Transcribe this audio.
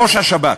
ראש השב"כ,